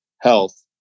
Health